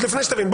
לפני שתבין.